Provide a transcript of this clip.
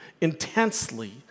intensely